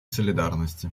солидарности